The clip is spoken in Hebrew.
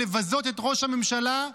לבזות את ראש הממשלה,